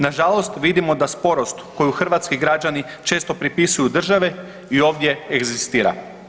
Nažalost vidimo da sporost koju hrvatski građani često pripisuju državi i ovdje egzistira.